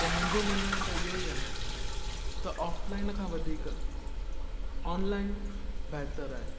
त मुंहिंजो मञण त इहो ई आहे त ऑफ़लाइन खां वधीक ऑनलाइन बहितर आहे